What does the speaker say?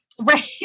right